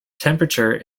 temperature